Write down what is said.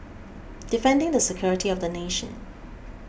defending the security of the nation